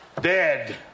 dead